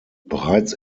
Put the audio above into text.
bereits